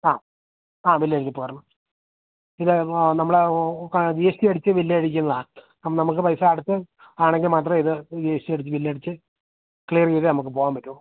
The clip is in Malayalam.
ആ ആ ബില്ലെഴുതി പോരണം ഇത് നമ്മള് ഇപ്പോള് ജി എസ് ടി അടിച്ച ബില്ലടിക്കുന്നതാണ് അപ്പോള് നമുക്ക് പൈസയടച്ച് ആണെങ്കില് മാത്രമേ ഇത് ജി എസ് ടി അടിച്ച് ബില്ലടിച്ച് ക്ലിയര് ചെയ്തേ നമുക്കു പോകാന് പറ്റു